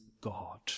God